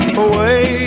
away